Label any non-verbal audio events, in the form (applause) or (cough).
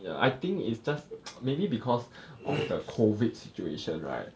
ya I think it's just (noise) maybe because of the COVID situation right